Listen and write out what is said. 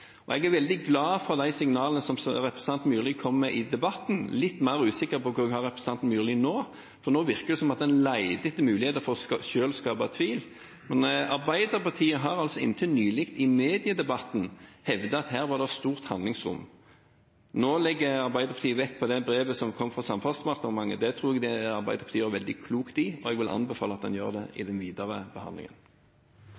Jeg er veldig glad for de signalene som representanten Myrli kom med i debatten, men litt mer usikker på hvor jeg har representanten Myrli nå. Nå virker det som om en leter etter muligheter til selv å skape tvil. Arbeiderpartiet har inntil nylig i mediedebatten hevdet at det her var stort handlingsrom. Nå legger Arbeiderpartiet vekt på brevet som kom fra Samferdselsdepartementet. Det tror jeg Arbeiderpartiet gjør veldig klokt i, og jeg vil anbefale at en gjør det i